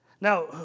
Now